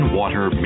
water